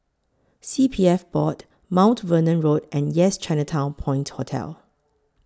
C P F Board Mount Vernon Road and Yes Chinatown Point Hotel